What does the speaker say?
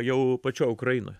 jau pačioj ukrainoje